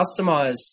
customize